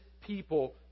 people